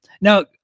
Now